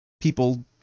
people